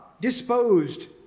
disposed